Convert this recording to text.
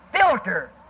filter